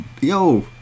Yo